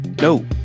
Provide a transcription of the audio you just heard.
no